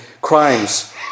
crimes